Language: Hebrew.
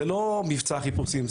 זה לא מבצע חיפושים,